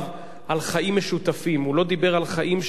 הוא לא דיבר על חיים של עם אחד על חשבון עם אחר,